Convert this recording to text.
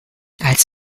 als